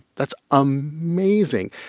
that's amazing.